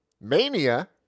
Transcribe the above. Mania